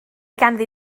ganddi